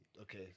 Okay